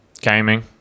gaming